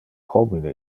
homine